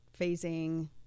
phasing